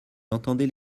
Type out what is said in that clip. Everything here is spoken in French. entendait